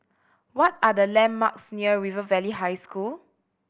what are the landmarks near River Valley High School